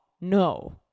no